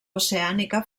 oceànica